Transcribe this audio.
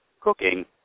cooking